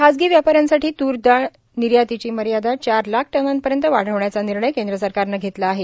खाजगी व्यापाऱ्यांसाठी त्रडाळ निर्यातीची मर्यादा चार लाख टनापर्यंत वाढवायचा निर्णय केंद्र सरकारनं घेतला आहे